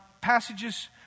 passages